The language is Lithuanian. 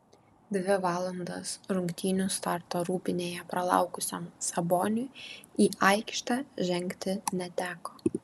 dvi valandas rungtynių starto rūbinėje pralaukusiam saboniui į aikštę žengti neteko